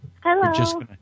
Hello